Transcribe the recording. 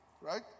right